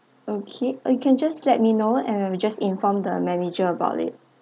okay you can just let me know and then we just inform the manager about it